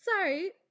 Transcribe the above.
Sorry